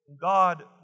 God